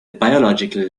biological